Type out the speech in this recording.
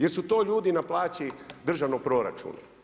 Jesu li to ljudi na plaći državnog proračuna?